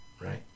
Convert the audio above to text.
right